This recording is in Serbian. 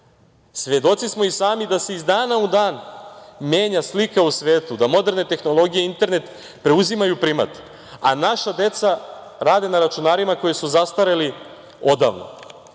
godina. Svedoci smo i sami da se iz dana u dan menja slika u svetu, da moderne tehnologije i internet preuzimaju primat, a naša deca rade na računarima koji su zastareli odavno. Ovim